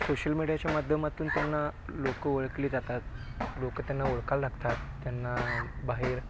social मीडियाच्या माध्यमातून त्यांना लोकं ओळखले जातात लोकं त्यांना ओळखायला लागतात त्यांना बाहेर